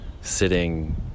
sitting